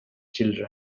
children